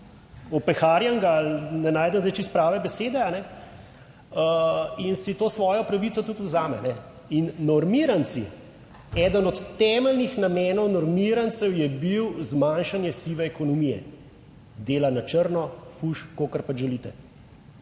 opeharjenega, ne najdem zdaj čisto prave besede? In si to svojo pravico tudi vzame in normiranci, eden od temeljnih namenov normirancev je bil zmanjšanje sive ekonomije, dela na črno, fuš, kolikor pač želite.